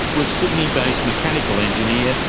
was sydney-based mechanical engineer,